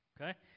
Okay